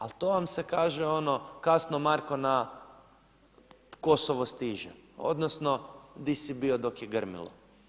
Ali to vam se kaže ono kasno Marko na Kosovo stiže, odnosno gdje si bio dok je grmilo.